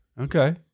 Okay